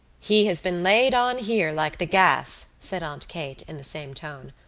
he has been laid on here like the gas, said aunt kate in the same tone,